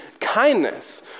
kindness